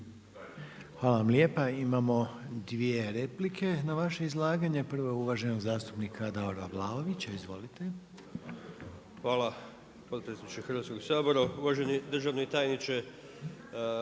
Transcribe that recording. Hvala lijepa. Imamo dvije replika na vaše izlaganje. Prvo je uvaženog zastupnika Davora Vlaovića. Izvolite. **Vlaović, Davor (HSS)** Hvala potpredsjedniče Hrvatskoga sabora. Uvaženi državni tajniče,